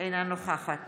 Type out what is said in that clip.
אינה נוכחת